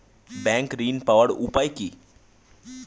Bank ঋণ পাওয়ার উপায় কি?